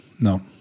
no